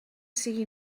siga